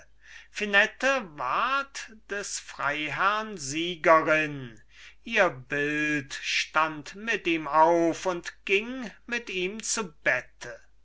des freiherrn siegerin ihr bild stand mit ihm auf und ging mit ihm zu bette